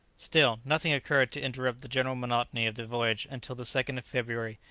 still, nothing occurred to interrupt the general monotony of the voyage until the second of february,